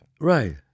Right